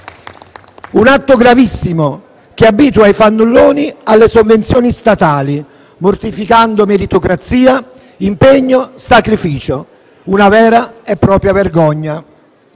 Un atto gravissimo, che abitua i fannulloni alle sovvenzioni statali, mortificando meritocrazia, impegno e sacrificio: una vera e propria vergogna.